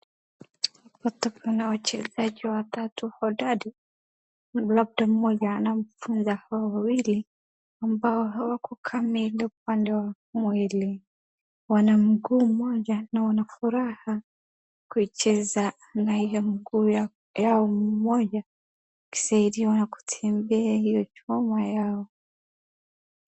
Hapa kuna wachezaji watatu hodari, na mtu mmoja anawafunza hao wawili, ambao hawako kamili upande wa mwili, wana mguu mmoja na wanafuraha kucheza na hio mguu yao mmoja wakisaidiwa na kutembea hio chuma yao.